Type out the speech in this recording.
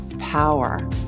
Power